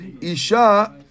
Isha